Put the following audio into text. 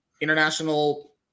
international